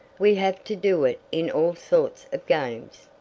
we have to do it in all sorts of games.